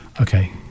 Okay